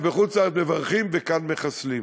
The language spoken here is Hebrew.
בחוץ-לארץ, מברכים, וכאן, מחסלים.